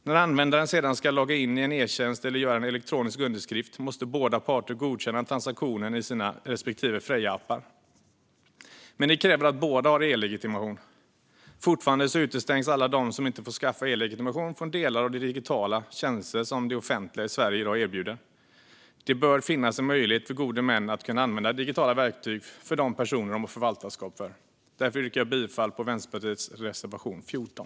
När användaren sedan ska logga in i en e-tjänst eller göra en elektronisk underskrift måste båda parter godkänna transaktionen i sina respektive Freja-appar. Men det kräver att båda har e-legitimation. Finansiell stabilitet och finansmarknads-frågor Fortfarande utestängs alla de som inte får skaffa e-legitimation från delar av de digitala tjänster som det offentliga i Sverige erbjuder i dag. Det bör finnas en möjlighet för gode män att använda digitala verktyg för de personer de har förvaltarskap för. Därför yrkar jag bifall till Vänsterpartiets reservation 14.